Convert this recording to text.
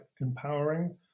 empowering